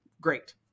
great